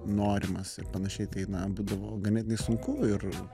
norimas ir panašiai tai na būdavo ganėtinai sunku ir